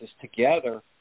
together